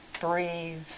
Breathe